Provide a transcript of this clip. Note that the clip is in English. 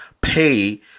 pay